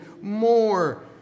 more